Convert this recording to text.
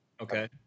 Okay